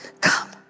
come